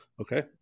okay